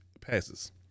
passes